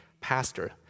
pastor